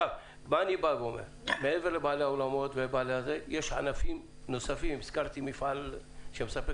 מעבר לבעלי האולמות וכולי יש ענפים נלווים שנפגעים.